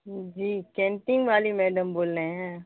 جی canteen والی madam بول رہے ہیں